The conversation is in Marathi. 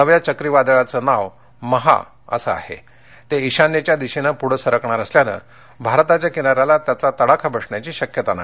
नव्या चक्रीवादळाचं नाव महा असेल आणि ते ईशान्येच्या दिशेनं पुढे सरकणार असल्यानं भारताच्या किनाऱ्याला त्याचा तडाखा बसण्याची शक्यता नाही